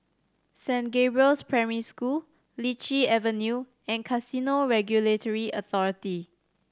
Saint Gabriel's Primary School Lichi Avenue and Casino Regulatory Authority